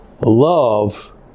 Love